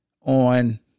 on